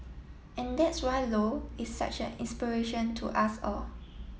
and that's why low is such an inspiration to us all